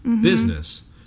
business